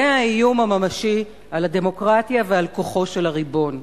זה האיום הממשי על הדמוקרטיה ועל כוחו של הריבון,